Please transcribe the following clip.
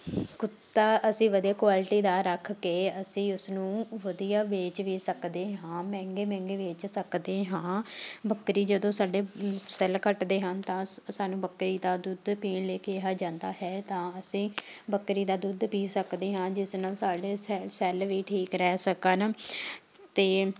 ਕੁੱਤਾ ਅਸੀਂ ਵਧੀਆ ਕੁਆਲਿਟੀ ਦਾ ਰੱਖ ਕੇ ਅਸੀਂ ਉਸਨੂੰ ਵਧੀਆ ਵੇਚ ਵੀ ਸਕਦੇ ਹਾਂ ਮਹਿੰਗੇ ਮਹਿੰਗੇ ਵੇਚ ਸਕਦੇ ਹਾਂ ਬੱਕਰੀ ਜਦੋਂ ਸਾਡੇ ਸੈੱਲ ਘੱਟਦੇ ਹਨ ਤਾਂ ਸਾਨੂੰ ਬੱਕਰੀ ਦਾ ਦੁੱਧ ਪੀਣ ਲਈ ਕਿਹਾ ਜਾਂਦਾ ਹੈ ਤਾਂ ਅਸੀਂ ਬੱਕਰੀ ਦਾ ਦੁੱਧ ਪੀ ਸਕਦੇ ਹਾਂ ਜਿਸ ਨਾਲ ਸਾਡੇ ਸ ਸੈੱਲ ਵੀ ਠੀਕ ਰਹਿ ਸਕਣ ਅਤੇ